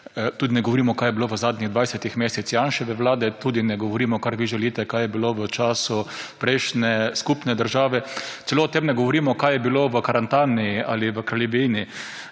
tudi ne govorimo, kaj je bilo v zadnjih dvajsetih mesecih Janševe vlade, tudi ne govorimo, kar bi želite, kaj je bilo v času prejšnje skupne države. Celo o tem ne govorimo, kaj je bilo v Karantaniji ali v kraljevini